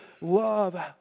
love